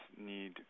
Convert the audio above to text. need